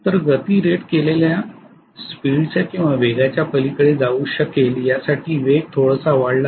तर गती रेट केलेल्या वेगाच्या पलीकडे जाऊ शकेल यासाठी वेग थोडासा वाढला तर